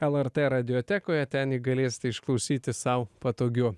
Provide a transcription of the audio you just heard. lrt radiotekoje ten jį galėsite išklausyti sau patogiu